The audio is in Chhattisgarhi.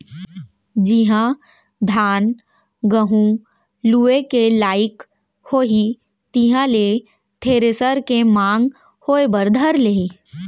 जिहॉं धान, गहूँ लुए के लाइक होही तिहां ले थेरेसर के मांग होय बर धर लेही